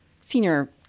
senior